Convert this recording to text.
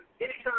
anytime